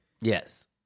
Yes